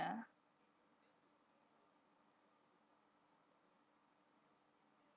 ya